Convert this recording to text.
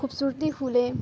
خوبصورتی پھولے